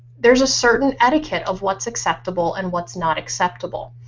there's a certain etiquette of what's acceptable and what's not acceptable.